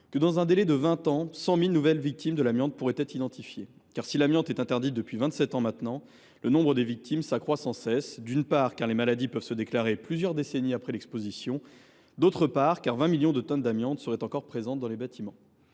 que, dans un délai de vingt ans, 100 000 nouvelles victimes de l’amiante pourraient être identifiées. En effet, si l’amiante est interdit depuis vingt sept ans maintenant, le nombre de ses victimes s’accroît sans cesse,… C’est vrai !… d’une part, car les maladies peuvent se déclarer plusieurs décennies après l’exposition, et, d’autre part, car 20 millions de tonnes d’amiante seraient encore présentes dans les bâtiments.